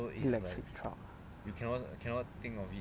electric truck